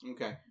Okay